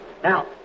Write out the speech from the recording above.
Now